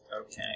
Okay